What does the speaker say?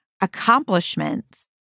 accomplishments